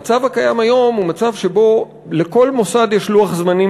במצב הקיים היום לכל מוסד יש לוח זמנים